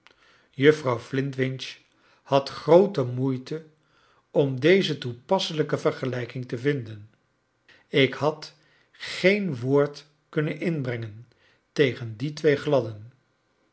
juffrouw flintwinch had groote moeite om deze toepasselijke vergelijking te vinden j ik had geen woord kunnen inbrengen tegen die twee gladden